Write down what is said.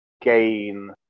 Gain